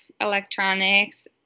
electronics